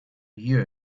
here